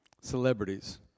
Celebrities